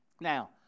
Now